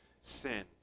sin